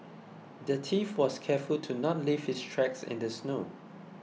the thief was careful to not leave his tracks in the snow